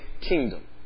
kingdom